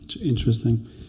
Interesting